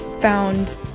Found